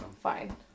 Fine